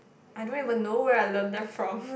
I don't even know where I learned them from